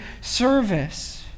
service